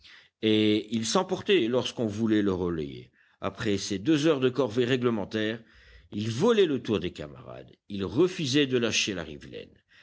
et il s'emportait lorsqu'on voulait le relayer après ses deux heures de corvée réglementaire il volait le tour des camarades il refusait de lâcher la rivelaine